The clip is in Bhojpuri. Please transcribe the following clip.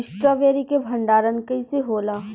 स्ट्रॉबेरी के भंडारन कइसे होला?